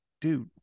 dude